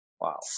Wow